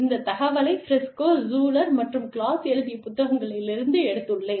இந்த தகவலை Prisco Schuler மற்றும் கிளாஸ் எழுதிய புத்தகத்திலிருந்து எடுத்துள்ளேன்